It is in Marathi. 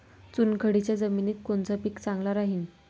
चुनखडीच्या जमिनीत कोनचं पीक चांगलं राहीन?